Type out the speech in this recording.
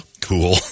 Cool